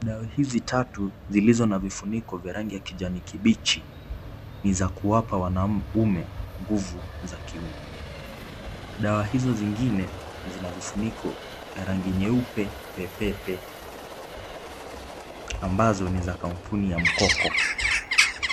Dawa hizi tatu zilizo na vifuniko vya rangi ya kijani kibichi, ni za kuwapa wanaume nguvu za kiume. Dawa hizo zingine zina vifuniko ya rangi nyeupe pepepe ambazo za kampuni ya Mkoko.